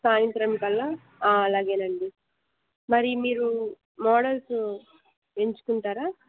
సాయంత్రం కల్లా అలాగే అండి మరి మీరు మోడల్స్ ఎంచుకుంటారా